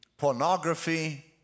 pornography